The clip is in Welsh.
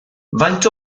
faint